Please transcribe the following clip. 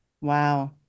Wow